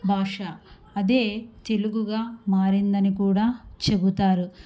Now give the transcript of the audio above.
భాష అదే తెలుగుగా మారిందని కూడా చెబుతారు